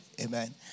Amen